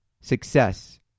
success